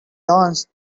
dance